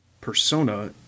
persona